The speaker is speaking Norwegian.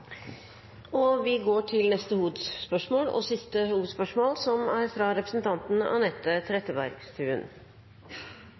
Vi går til neste og siste hovedspørsmål.